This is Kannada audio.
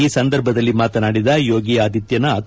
ಈ ಸಂದರ್ಭದಲ್ಲಿ ಮಾತನಾಡಿದ ಯೋಗಿ ಆದಿತ್ಸನಾಥ್